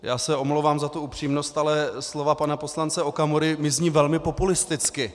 Já se omlouvám za tu upřímnost, ale slova pana poslance Okamury mi zní velmi populisticky.